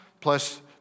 plus